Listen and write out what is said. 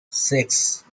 six